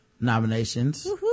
nominations